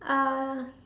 uh